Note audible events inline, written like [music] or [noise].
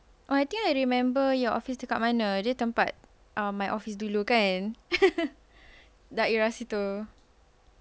oh I think I remember your office dekat mana dia tempat uh my office dulu kan [laughs] daerah situ